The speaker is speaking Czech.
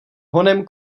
honem